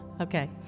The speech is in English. Okay